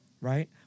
right